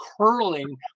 curling